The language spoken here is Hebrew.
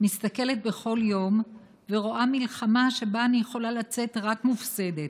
מסתכלת בכל יום ורואה מלחמה שבה אני יכולה לצאת רק מופסדת.